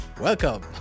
Welcome